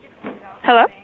Hello